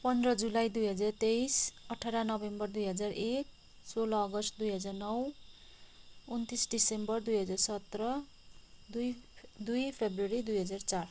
पन्ध्र जुलाई दुई हजार तेइस अठार नोभेम्बर दुई हजार एक सोह्र अगस्ट दुई हजार नौ उन्तिस डिसेम्बर दुई हजार सत्र दुई दुई फरवरी दुई हजार चार